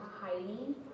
hiding